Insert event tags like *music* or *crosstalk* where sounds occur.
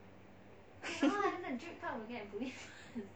*laughs*